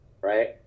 right